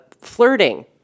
Flirting